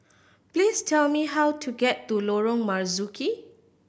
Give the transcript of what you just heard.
please tell me how to get to Lorong Marzuki